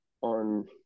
on